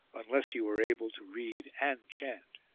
unless he were able to read and chant.